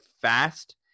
fast